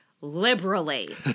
liberally